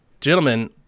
Gentlemen